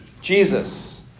Jesus